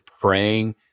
praying